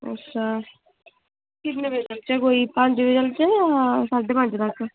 अच्छा किन्ने बजे चलचै कोई पंज बजे चलचै जां साड्डे पंज बजे तक